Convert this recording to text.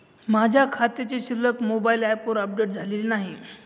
माझ्या खात्याची शिल्लक मोबाइल ॲपवर अपडेट झालेली नाही